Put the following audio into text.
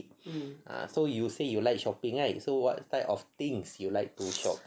ah so you say you like shopping right so what type of things you like to shop